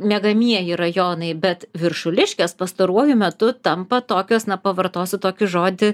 miegamieji rajonai bet viršuliškės pastaruoju metu tampa tokios na pavartosiu tokį žodį